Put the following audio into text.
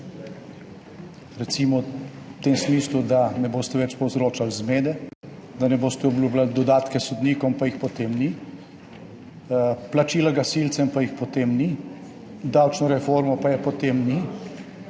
Recimo v tem smislu, da ne boste več povzročali zmede, da ne boste obljubljali dodatkov sodnikom pa jih potem ni, plačila gasilcem pa ga potem ni, davčne reforme pa je potem ni,